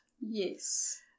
Yes